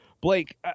Blake